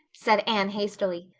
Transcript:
said anne hastily.